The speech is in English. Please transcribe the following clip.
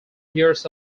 years